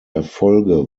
erfolge